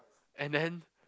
and then